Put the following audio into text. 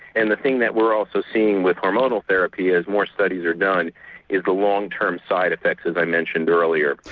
and the thing that we're also seeing with hormonal therapy as more studies are done is the long term side effects that i mentioned earlier.